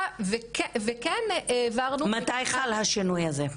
וכן העברנו --- מתי חל השינוי הזה?